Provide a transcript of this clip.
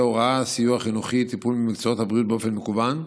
הוראה וסיוע חינוכי-טיפולי במקצועות הבריאות באופן מקוון,